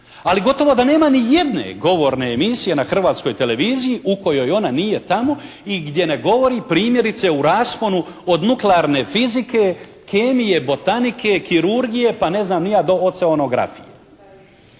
ali gotovo da nema ni jedne govorne emisije na Hrvatskoj televiziji u kojoj ona nije tamo i gdje ne govori primjerice u rasponu od nuklearne fizike, kemije, botanike, kirurgije, pa ne znam ni ja do oceanografije.